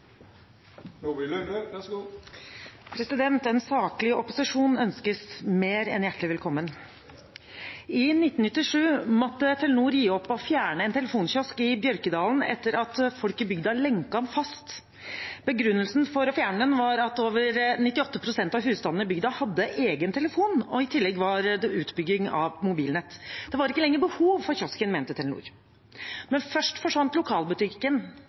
er kanskje ikke så rart. Vi vil uansett møte dem med sterk og saklig opposisjon fra opposisjonspartienes side. En saklig opposisjon ønskes mer enn hjertelig velkommen. I 1997 måtte Telenor gi opp å fjerne en telefonkiosk i Bjørkedalen etter at folk i bygda lenket den fast. Begrunnelsen for å fjerne den var at over 98 pst. av husstandene i bygda hadde egen telefon, og i tillegg var det utbygging av mobilnett. Det var ikke lenger behov for kiosken, mente Telenor. Men først